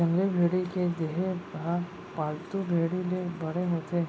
जंगली भेड़ी के देहे ह पालतू भेड़ी ले बड़े होथे